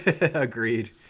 Agreed